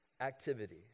activity